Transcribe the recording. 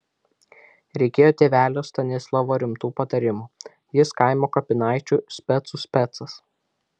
reikėjo tėvelio stanislovo rimtų patarimų jis kaimo kapinaičių specų specas